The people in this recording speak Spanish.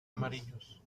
amarillos